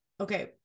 Okay